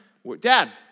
Dad